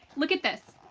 look at this.